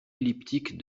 elliptiques